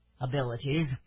abilities